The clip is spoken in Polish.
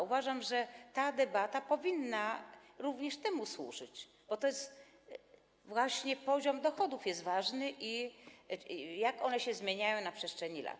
Uważam, że ta debata powinna również temu służyć, bo właśnie poziom dochodów jest ważny i to, jak one się zmieniają na przestrzeni lat.